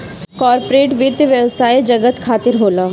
corporate वित्त व्यवसाय जगत खातिर होला